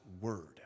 word